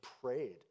prayed